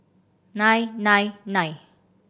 nine nine nine